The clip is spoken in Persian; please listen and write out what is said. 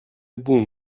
بوم